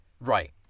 Right